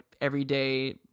everyday